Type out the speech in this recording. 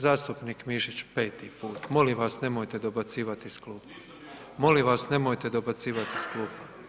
Zastupnik Mišić peti put, molim vas nemojte dobacivati iz klupa. ... [[Upadica se ne čuje.]] Molim vas nemojte dobacivati iz klupa.